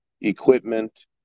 equipment